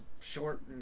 short